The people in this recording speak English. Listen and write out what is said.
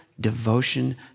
devotion